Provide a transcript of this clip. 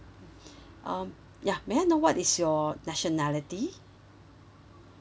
um ya may I know what is your nationality